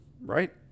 right